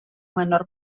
menor